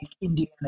Indiana